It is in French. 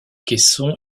caisson